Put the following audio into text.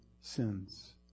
sins